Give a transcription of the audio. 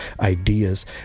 ideas